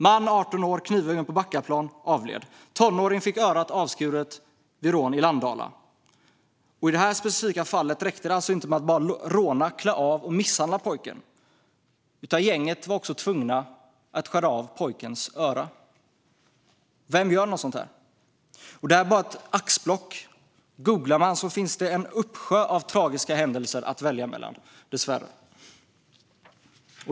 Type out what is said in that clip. Man, 18 år, blev knivhuggen på Backaplan och avled. Tonåring fick örat avskuret vid rån i Landala. I det fallet räckte det alltså inte att bara råna, klä av och misshandla pojken, utan gänget var också tvunget att skära av pojkens öra. Vem gör något sådant? Det här är bara ett axplock. Om man googlar får man dessvärre upp en uppsjö av tragiska händelser att välja mellan.